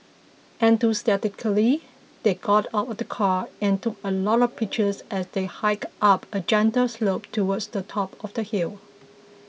enthusiastically they got out of the car and took a lot of pictures as they hiked up a gentle slope towards the top of the hill